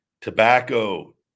Tobacco